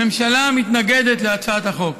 הממשלה מתנגדת להצעת החוק,